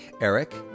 eric